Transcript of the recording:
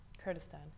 Kurdistan